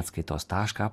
atskaitos tašką